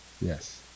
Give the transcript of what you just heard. Yes